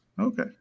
Okay